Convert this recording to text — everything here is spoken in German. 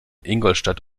ingolstadt